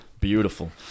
beautiful